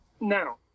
now